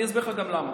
אני אסביר לך גם למה.